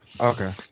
Okay